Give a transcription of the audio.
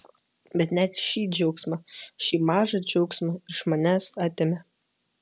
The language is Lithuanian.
bet net šį džiaugsmą šį mažą džiaugsmą iš manęs atėmė